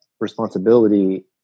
responsibility